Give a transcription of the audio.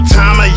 time